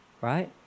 right